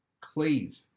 cleave